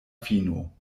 fino